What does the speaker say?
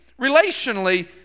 relationally